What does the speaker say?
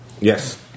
Yes